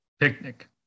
Picnic